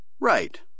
Right